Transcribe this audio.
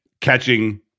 catching